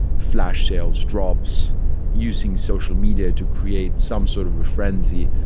flash sales drops using social media to create some sort of a frenzy.